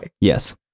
Yes